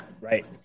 right